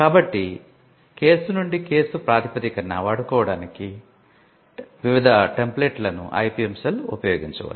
కాబట్టి కేసు నుండి కేసు ప్రాతిపదికన వాడుకోవడానికి టెంప్లేట్లను IPM సెల్ ఉపయోగించవచ్చు